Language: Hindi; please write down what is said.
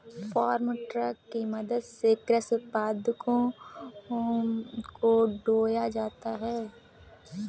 फार्म ट्रक की मदद से कृषि उत्पादों को ढोया जाता है